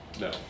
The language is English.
No